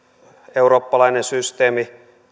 eurooppalainen systeemi